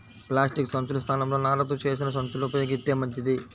plastic సంచుల స్థానంలో నారతో చేసిన సంచుల్ని ఉపయోగిత్తే మంచిది